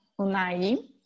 Unai